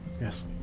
Yes